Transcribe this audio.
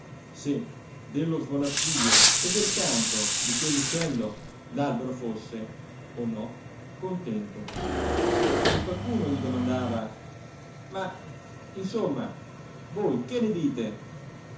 se dello svolazzio e del canto di quell'uccello l'albero fosse o no contento se qualcuno gli domandava ma insomma voi che ne dite